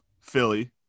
Philly